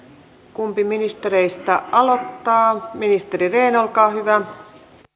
kumpi ministereistä aloittaa ministeri rehn olkaa hyvä